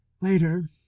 Later